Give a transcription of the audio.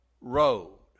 road